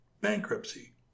bankruptcy